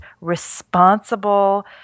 responsible